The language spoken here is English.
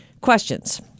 Questions